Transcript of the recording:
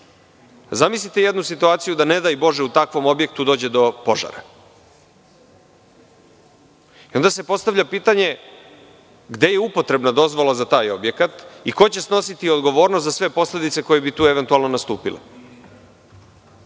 dođe. Zamislite jednu situaciju da, ne daj bože, u takvom objektu dođe do požara. Onda se postavlja pitanje – gde je upotrebna dozvola za taj objekat i ko će snositi odgovornost za sve posledice koje bi tu eventualno nastupile?